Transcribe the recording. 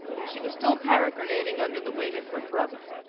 she was still peregrinating under the wing of her brother,